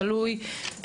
תלוי,